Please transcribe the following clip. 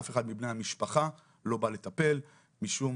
אף אחד מבני המשפחה לא בא לטפל משום